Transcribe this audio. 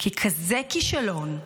כי כזה כישלון,